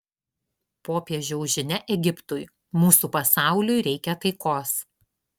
popiežiaus žinia egiptui mūsų pasauliui reikia taikos